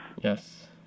Yes